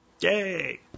Yay